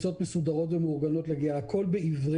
באופן מאוד מהיר וממוקד אוכלוסיות בסיכון ולאפשר לאוכלוסיות הבריאות